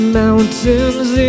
mountains